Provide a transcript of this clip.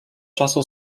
czasu